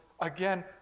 again